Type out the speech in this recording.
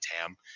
tam